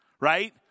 right